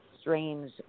strange